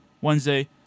Wednesday